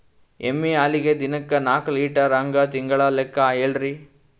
ಎಮ್ಮಿ ಹಾಲಿಗಿ ದಿನಕ್ಕ ನಾಕ ಲೀಟರ್ ಹಂಗ ತಿಂಗಳ ಲೆಕ್ಕ ಹೇಳ್ರಿ?